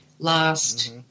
last